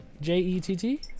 J-E-T-T